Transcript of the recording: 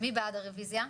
מי בעד הרוויזיה?